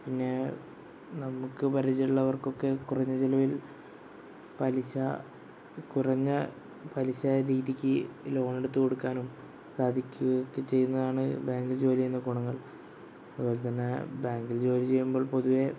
പിന്നെ നമുക്ക് പരിചയുള്ളവർകൊക്കെ കുറഞ്ഞ ചിലവിൽ പലിശ കുറഞ്ഞ പലിശ രീതിക്ക് ലോൺ എടുത്ത് കൊടുക്കാനും സാധിക്കുകയൊക്കെ ചെയ്യുന്നതാണ് ബാങ്കിൽ ജോലി ചെയ്യുന്ന ഗുണങ്ങൾ അതുപോലെ തന്നെ ബാങ്കിൽ ജോലി ചെയ്യുമ്പോൾ പൊതുവേ